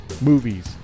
movies